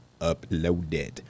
uploaded